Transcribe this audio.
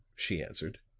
she answered.